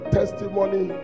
testimony